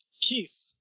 Keith